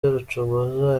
rucogoza